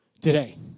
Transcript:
today